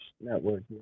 Network